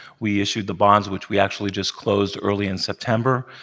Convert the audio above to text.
we issued the bonds, which we actually just closed early in september.